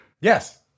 Yes